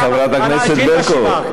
חברת הכנסת ברקו,